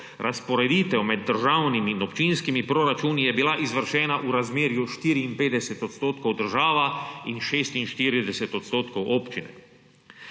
Razporeditev med državnimi in občinskimi proračuni je bila izvršena v razmerju 54 % država in 46 % občine.